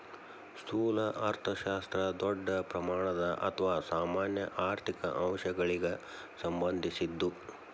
ಸ್ಥೂಲ ಅರ್ಥಶಾಸ್ತ್ರ ದೊಡ್ಡ ಪ್ರಮಾಣದ ಅಥವಾ ಸಾಮಾನ್ಯ ಆರ್ಥಿಕ ಅಂಶಗಳಿಗ ಸಂಬಂಧಿಸಿದ್ದು